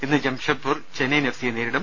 ഇന്ന് Jamshedpur Chennaiyin F സിയെ നേരിടും